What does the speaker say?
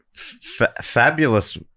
Fabulous